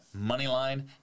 Moneyline